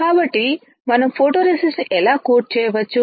కాబట్టి మనం ఫోటోరేసిస్టర్ను ఎలా కోట్ చేయవచ్చు